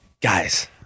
Guys